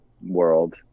world